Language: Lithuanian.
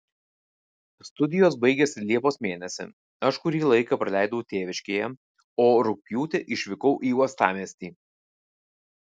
studijos baigėsi liepos mėnesį aš kurį laiką praleidau tėviškėje o rugpjūtį išvykau į uostamiestį